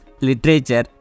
literature